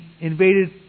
invaded